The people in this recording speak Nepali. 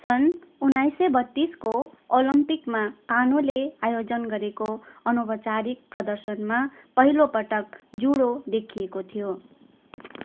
सन् उन्नाईस सय बत्तिसको ओलम्पिकमा कानोले आयोजन गरेको अनौपचारिक प्रदर्शनमा पहिलो पटक जुडो देखिएको थियो